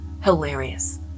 hilarious